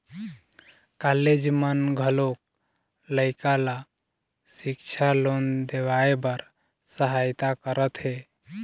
college मन घलोक लइका ल सिक्छा लोन देवाए बर सहायता करत हे